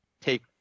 take